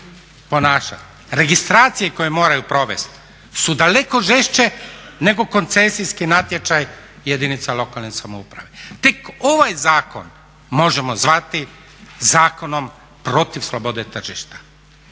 ponašati, registracije koje moraju provesti su daleko žešće nego koncesijski natječaj jedinica lokalne samouprave. Tek ovaj zakon možemo zvati Zakonom protiv slobode tržišta,